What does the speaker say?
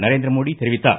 நரேந்திரமோடி தெரிவித்தார்